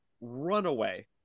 runaway